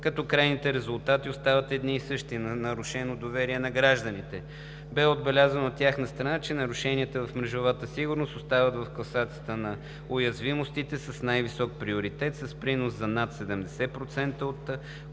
като крайните резултати остават едни и същи – нарушено доверие на гражданите. От тяхна страна беше отбелязано, че нарушенията в мрежовата сигурност остават в класацията на уязвимостите с най-висок приоритет, с принос за над 70% от компрометираните